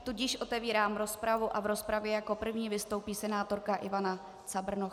Tudíž otevírám rozpravu a v rozpravě jako první vystoupí senátorka Ivana Cabrnochová.